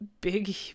big